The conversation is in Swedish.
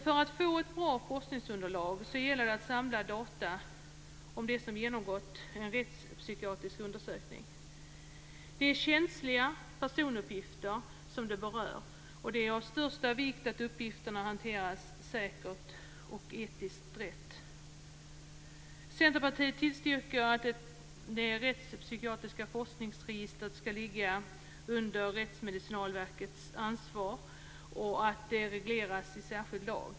För att få ett bra forskningsunderlag gäller det att samla data om dem som genomgått en rättspsykiatrisk undersökning. Det är känsliga personuppgifter som det berör. Det är av största vikt att uppgifterna hanteras säkert och etiskt rätt. Centerpartiet tillstyrker att det rättspsykiatriska forskningsregistret skall ligga under Rättsmedicinalverkets ansvar och att det regleras i särskild lag.